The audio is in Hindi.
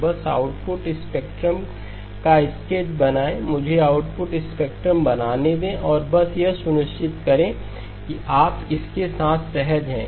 तो बस आउटपुट स्पेक्ट्रम का स्केच बनाएं मुझे आउटपुट स्पेक्ट्रम बनाने दें और बस यह सुनिश्चित करें कि आप इसके साथ सहज हैं